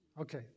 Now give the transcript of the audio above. Okay